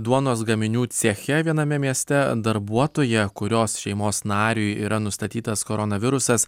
duonos gaminių ceche viename mieste darbuotoja kurios šeimos nariui yra nustatytas koronavirusas